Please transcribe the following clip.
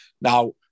Now